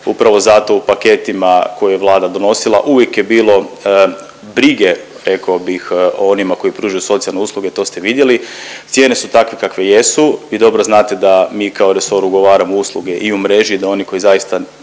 Upravo zato u paketima koje je Vlada donosila uvijek je bilo brige rekao bih o onima koji pružaju socijalne usluge to ste vidjeli. Cijene su takve kakve jesu. Vi dobro znate da mi kao resor ugovaramo usluge i u mreži, da oni koji zaista